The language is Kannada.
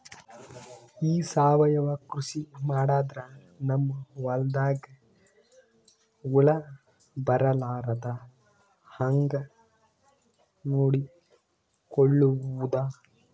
ಈ ಸಾವಯವ ಕೃಷಿ ಮಾಡದ್ರ ನಮ್ ಹೊಲ್ದಾಗ ಹುಳ ಬರಲಾರದ ಹಂಗ್ ನೋಡಿಕೊಳ್ಳುವುದ?